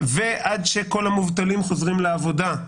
ועד שכל המובטלים חוזרים לעבודה,